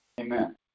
Amen